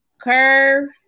Curve